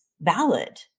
valid